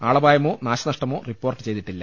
ആളപായമോ നാശനഷ്ടമോ റിപ്പോർട്ട് ചെയ്തിട്ടില്ല